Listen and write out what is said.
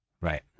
Right